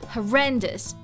Horrendous